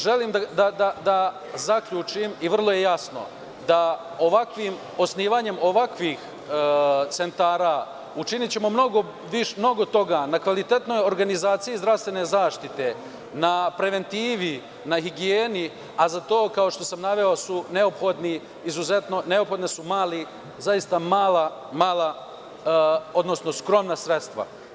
Želim da zaključim i vrlo je jasno da ovakvim osnivanjem ovakvih centara učinićemo mnogo toga na kvalitetnoj organizaciji zdravstvene zaštite, na preventivi, na higijeni, a za to, kao što sam naveo, su neophodne mala, zaista mala, odnosno skromna sredstva.